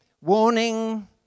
warning